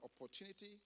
opportunity